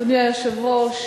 אדוני היושב-ראש,